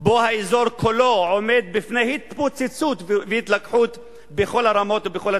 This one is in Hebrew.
שבו האזור כולו עומד בפני התפוצצות והתלקחות בכל הרמות ובכל התחומים.